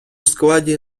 складі